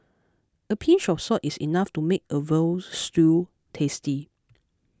a pinch of salt is enough to make a Veal Stew tasty